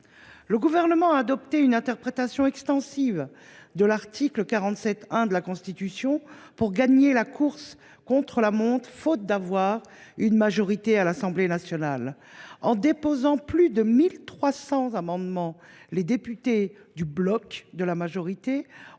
Le Gouvernement a interprété de manière extensive l’article 47 1 de la Constitution, afin de gagner la course contre la montre, faute de disposer d’une majorité à l’Assemblée nationale. En déposant plus de 1 300 amendements, les députés du bloc de la majorité ont